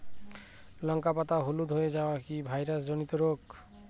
লঙ্কা পাতা হলুদ হয়ে যাওয়া কি ভাইরাস জনিত রোগ?